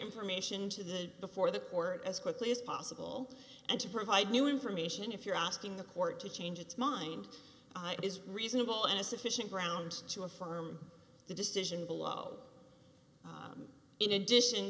information to the before the court as quickly as possible and to provide new information if you're asking the court to change its mind it is reasonable in a sufficient grounds to affirm the decision below in addition